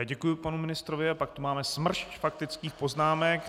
Děkuji panu ministrovi a pak tu máme smršť faktických poznámek.